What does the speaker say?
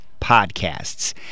podcasts